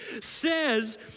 says